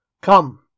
Come